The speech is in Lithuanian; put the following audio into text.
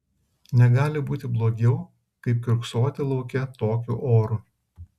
negali būti blogiau kaip kiurksoti lauke tokiu oru